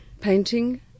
painting